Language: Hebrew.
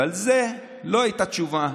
ועל זה לא הייתה תשובה.